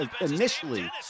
initially